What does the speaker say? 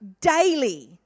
daily